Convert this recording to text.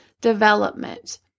development